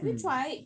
mm